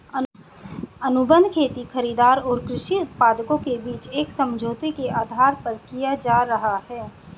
अनुबंध खेती खरीदार और कृषि उत्पादकों के बीच एक समझौते के आधार पर किया जा रहा है